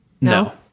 No